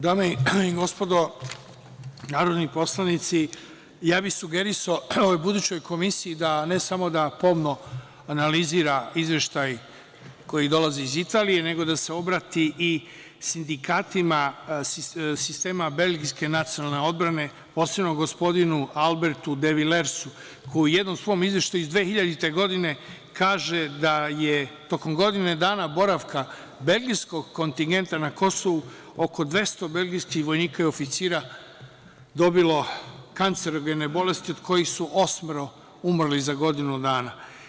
Dame i gospodo narodni poslanici, ja bih sugerisao budućoj komisiji ne samo da potpuno analizira izveštaj koji dolazi iz Italije, nego da se obrati i sindikatima sistema Belgijske nacionalne odbrane, posebno gospodinu Albertu Devilersu koji je u jednom svom izveštaju iz 2000. godine kaže da je tokom godine dana boravka belgijskog kontingenta na Kosovu, oko 200 belgijskih vojnika i oficira dobilo kancerogene bolesti, od kojih je osmoro umrlo za godinu dana.